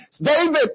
David